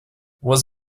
was